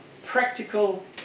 practical